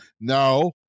No